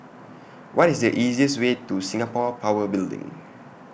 What IS The easiest Way to Singapore Power Building